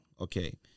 Okay